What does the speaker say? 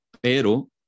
pero